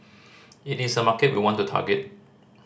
it is a market we want to target